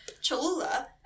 Cholula